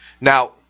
Now